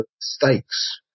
stakes